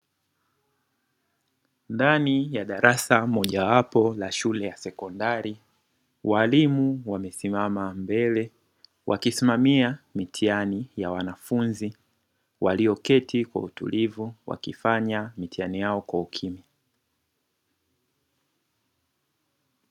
Ndani ya darasa moja wapo la shule ya sekondari, walimu wamesimama mbele wakisimamia mitihani ya wanafunzi walioketi kwa utulivu wakifanya mitihani yao kwa ukimya.